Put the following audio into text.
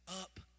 up